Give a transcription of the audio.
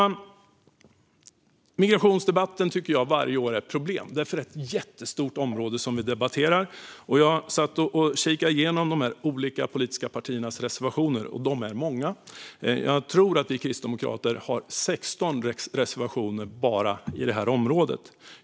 Jag tycker att migrationsdebatten är ett problem varje år, för det är ett jättestort område vi debatterar. Vi satt och kikade igenom de olika politiska partiernas reservationer, och de är många - jag tror att vi kristdemokrater har 16 reservationer på bara detta område.